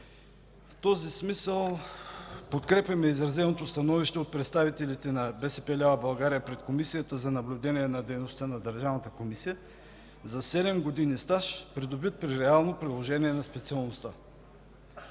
В този смисъл подкрепяме изразеното становище от представителите на БСП лява България пред Комисията за наблюдение на дейността на Държавната комисия за седем години стаж, придобит при реално приложение на специалността.